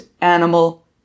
animal